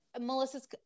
Melissa's